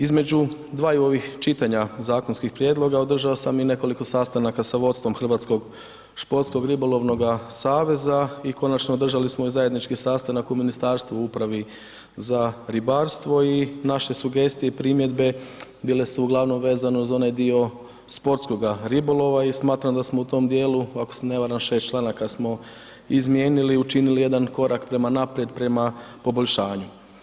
Između dvaju ovih čitanja zakonskih prijedloga, održao sam i nekoliko sastanaka sa vodstvom Hrvatskog športskog ribolovnoga saveza i konačno, održali smo zajednički sastanak u ministarstvu u Upravi za ribarstvo i naše sugestije i primjedbe bile su uglavnom vezano za onaj dio sportskoga ribolova i smatram da smo u tom dijelu, ako se ne varam, 6 članaka smo izmijenili i učinili jedan korak prema naprijed prema poboljšanju.